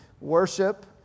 worship